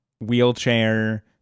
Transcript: wheelchair